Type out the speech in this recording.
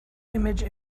image